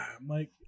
Mike